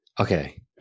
Okay